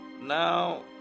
Now